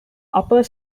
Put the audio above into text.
upper